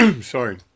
Sorry